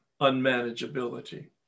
unmanageability